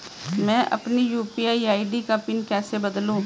मैं अपनी UPI ID का पिन कैसे बदलूं?